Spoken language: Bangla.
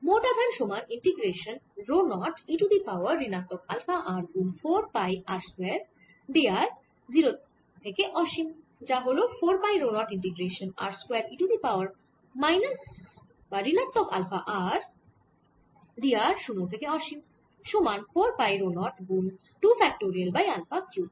মোট আধান Q সমান integration rho 0 e to the power ঋণাত্মক আলফা r গুন 4 pi r square d r 0 থেকে অসীম যা হল 4 pi rho 0 integration r square e to the power ঋণাত্মক আলফা r d r 0 থেকে অসীম সমান 4 পাই রো 0 গুন 2 ফ্যাক্টোরিয়াল বাই আলফা কিউব